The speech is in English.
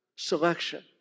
selection